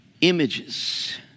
images